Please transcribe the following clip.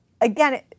again